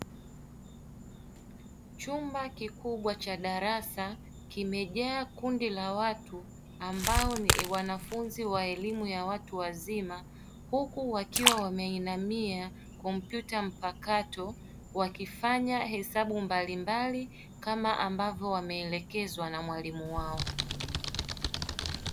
Chumba kikubwa cha darasa kimejaa kundi la watu ambao ni wanafunzi wa elimu ya watu wazima. Huku wakiwa wameinamia kompyuta mpakato, wakifanya hesabu mbalimbali kama ambavyo wameelekezwa na mwalimu wao.